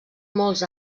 molts